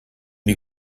die